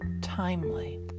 timely